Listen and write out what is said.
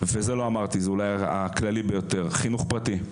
וזה אולי הדבר הכללי ביותר חינוך פרטי.